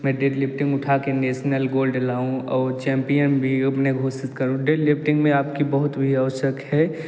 मैं डेडलिफ्टिंग उठा कर नेसनल गोल्ड लाऊँ और चैंपियन भी अपना घोषित करूँ डेडलिफ्टिंग में आपकी बहुत आवश्यक है